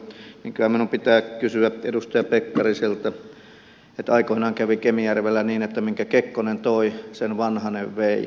kyllä minun pitää kysyä edustaja pekkariselta kun aikoinaan kävi kemijärvellä niin että minkä kekkonen toi sen vanhanen vei